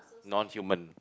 non human